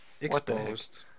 Exposed